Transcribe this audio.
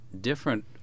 different